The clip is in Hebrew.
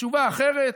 תשובה אחרת.